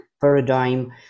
paradigm